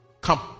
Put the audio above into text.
come